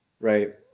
right